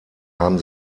haben